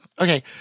okay